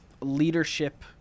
leadership